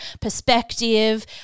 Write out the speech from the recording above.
perspective